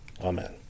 Amen